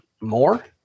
more